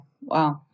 Wow